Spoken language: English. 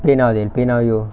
PayNow they'll PayNow you